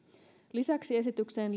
lisäksi esitykseen